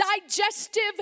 digestive